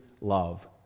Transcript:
love